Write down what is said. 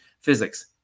physics